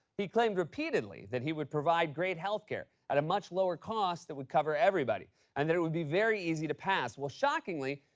he claimed repeatedly that he would provide great health care at a much lower cost that would cover everybody and that it would be very easy to pass. well, shockingly,